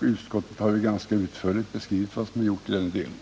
Utskottet har ganska utförligt beskrivit vad som är gjort i den delen.